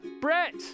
Brett